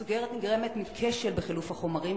הסוכרת נחשבת לאחת המחלות הקטלניות,